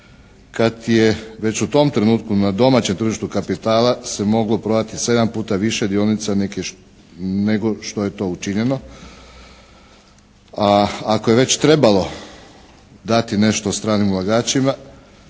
kad je već u tom trenutku na domaćem tržištu kapitala se moglo prodati 7 puta više dionica nego što je to učinjeno. A ako je već trebalo dati nešto stranim ulagačima